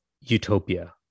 utopia